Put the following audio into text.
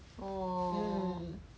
orh